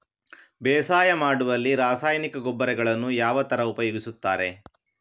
ಬೇಸಾಯ ಮಾಡುವಲ್ಲಿ ರಾಸಾಯನಿಕ ಗೊಬ್ಬರಗಳನ್ನು ಯಾವ ತರ ಉಪಯೋಗಿಸುತ್ತಾರೆ?